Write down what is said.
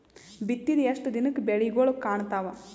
ಬಿತ್ತಿದ ಎಷ್ಟು ದಿನಕ ಬೆಳಿಗೋಳ ಕಾಣತಾವ?